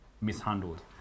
mishandled